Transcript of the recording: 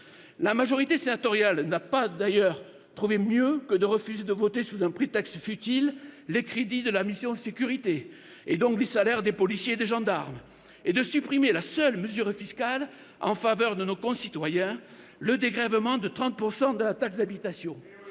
La majorité sénatoriale n'a par ailleurs rien trouvé de mieux que de refuser de voter, sous un prétexte futile, les crédits de la mission « Sécurités », et donc les salaires des policiers et des gendarmes, et de supprimer la seule mesure fiscale en faveur de nos concitoyens, à savoir le dégrèvement de 30 % de la taxe d'habitation.